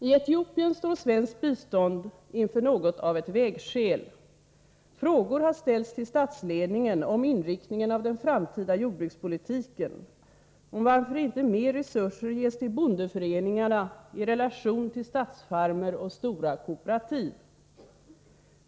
I Etiopien står svenskt bistånd inför något av ett vägskäl. Frågor har ställts till statsledningen om inriktningen av den framtida jordbrukspolitiken, om varför inte mer resurser ges till bondeföreningarna i relation till statsfarmer och stora kooperativ.